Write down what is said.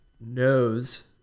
knows